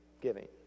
giving